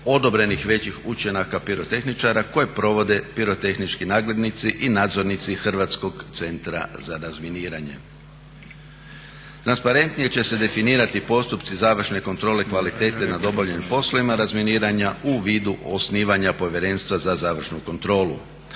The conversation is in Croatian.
odobrenih većih učinaka pirotehničara koje provode pirotehnički nadglednici i nadzornici Hrvatskog centra za razminiranje. Transparentnije će se definirati postupci završne kontrole kvalitete nad obavljenim poslovima razminiranja u vidu osnivanja povjerenstva za završnu kontrolu.